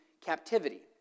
captivity